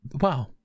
Wow